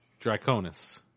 Draconis